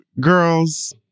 girls